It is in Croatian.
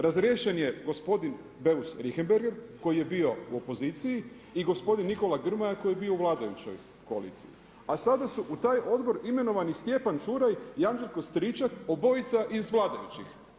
Razriješen je gospodin Beus Richembergh koji je bio u opoziciji i gospodin Nikola Grmoja koji je bio u vladajućoj koaliciji a sada su u taj odbor imenovani Stjepan Čuraj i Anđelko Stričak obojica iz vladajućih.